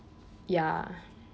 ya